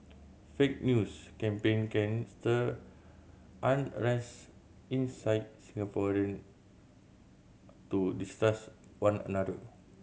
fake news campaign can stir unrest incite Singaporean to distrust one another